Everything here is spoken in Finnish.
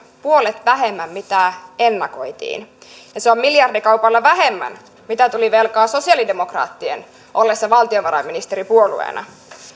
puolet vähemmän kuin mitä ennakoitiin ja se on miljardikaupalla vähemmän kuin mitä tuli velkaa sosiaalidemokraattien ollessa valtiovarainministeripuolueena